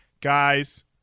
Guys